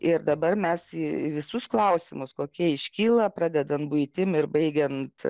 ir dabar mes į visus klausimus kokie iškyla pradedant buitim ir baigiant